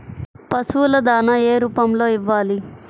పశువుల దాణా ఏ రూపంలో ఇవ్వాలి?